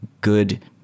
good